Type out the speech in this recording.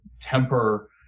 temper